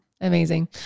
Amazing